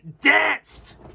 danced